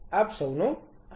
આપ સૌનો આભાર